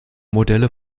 modelle